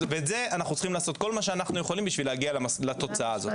ואנחנו צריכים לעשות כל מה שאנחנו יכולים בשביל להגיע לתוצאה הזאת.